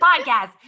Podcast